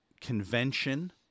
convention